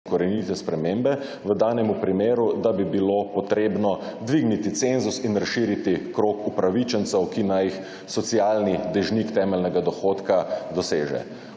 korenite spremembe. V danemu primeru, da bi bilo potrebno dvigniti cenzus in razširiti krog upravičencev, ki naj jih socialni dežnik temeljnega dohodka doseže.